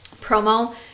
promo